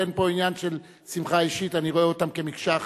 אין פה עניין של שמחה אישית,